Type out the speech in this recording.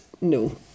no